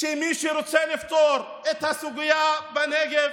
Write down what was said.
שמי שרוצה לפתור את הסוגיה בנגב,